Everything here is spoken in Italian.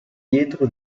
pietro